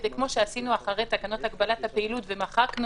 כמו שעשינו אחרי תקנות הגבלת הפעילות ומחקנו